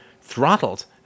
throttled